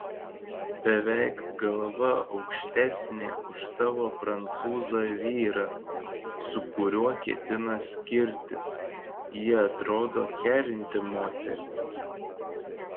beveik galva aukštesnė už savo prancūzą vyrą su kuriuo ketina skirtis ji atrodo kerinti moteris